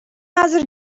азыр